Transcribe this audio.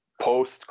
post